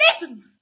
Listen